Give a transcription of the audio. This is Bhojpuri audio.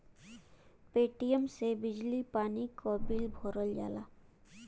पेटीएम से बिजली पानी क बिल भरल जाला